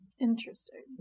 Interesting